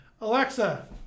Alexa